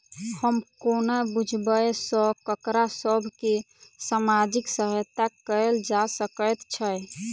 हम कोना बुझबै सँ ककरा सभ केँ सामाजिक सहायता कैल जा सकैत छै?